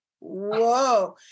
Whoa